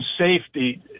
safety